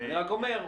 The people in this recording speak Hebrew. אני רק אומר,